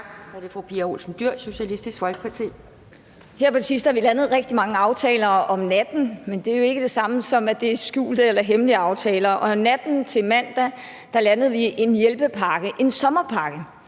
Her på det sidste har vi landet rigtig mange aftaler om natten, men det er jo ikke det samme, som at det er skjulte eller hemmelige aftaler, og natten til mandag landede vi en hjælpepakke, en sommerpakke